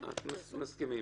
מסכימים.